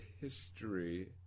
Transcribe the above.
history